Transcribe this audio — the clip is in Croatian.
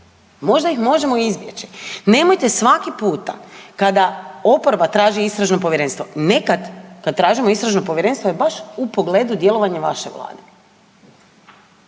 možda ih možemo izbjeći. Nemojte svaki puta kada oporba traži istražno povjerenstvo, nekad kad tražimo istražno povjerenstvo je baš u pogledu djelovanja vaše vlade,